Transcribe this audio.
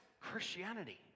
Christianity